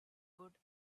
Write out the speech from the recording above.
good